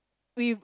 we